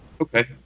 Okay